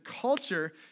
culture